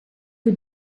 für